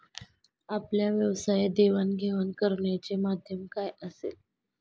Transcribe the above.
आपल्या व्यवसायात देवाणघेवाण करण्याचे माध्यम काय असेल?